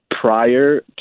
prior